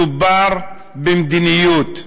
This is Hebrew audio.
מדובר במדיניות.